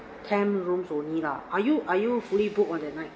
ten rooms only lah are you are you fully booked on that night